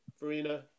Verena